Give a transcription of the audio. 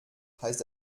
heißt